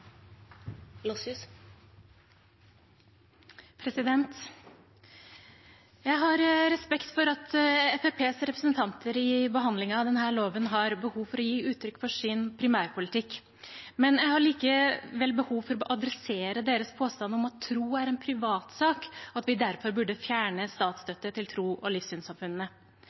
av denne loven har behov for å gi uttrykk for sin primærpolitikk. Jeg har likevel behov for å adressere deres påstand om at tro er en privatsak, og at vi derfor burde fjerne statsstøtte til tros- og livssynssamfunnene.